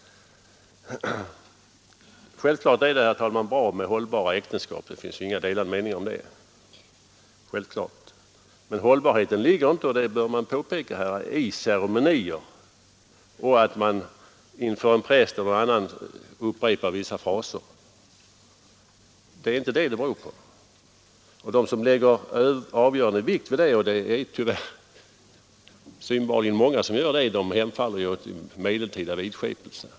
Självfallet är det, herr talman, bra med hållbara äktenskap; det finns inga delade meningar om det. Men hållbarheten ligger inte — och det behöver påpekas — i ceremonier och i att man inför en präst eller någon annan upprepar vissa fraser. Det är inte detta det beror på. De som lägger avgörande vikt vid det — och tyvärr är det synbarligen många — hemfaller ju åt medeltida vidskepelse.